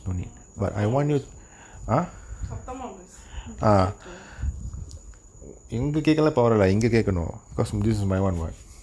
சத்தமா பேசனும் சத்தமா பேசு இங்க கேகல:sathamaa pesanum sathamaa pesu inga kekala